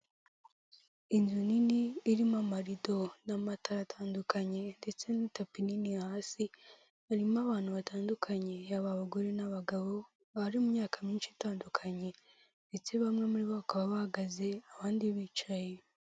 Inzu nini irimo amarido n'amatara atandukanye ndetse n'itapi nini hasi, harimo abantu batandukanye, yaba abagore n'abagabo, bari mu myaka myinshi itandukanye. Ndetse bamwe muri bo bakaba bahagaze abandi bicaye.